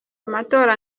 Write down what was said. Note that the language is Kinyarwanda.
amatora